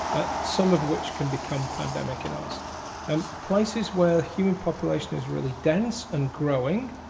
ah some of which can become pandemic in us and places where human population is really dense and growing.